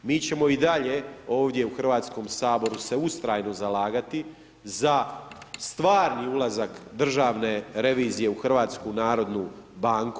Mi ćemo i dalje ovdje u Hrvatskom saboru se ustrajno zalagati za stvarni ulazak Državne revizije u HNB.